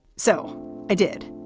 so i did.